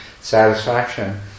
satisfaction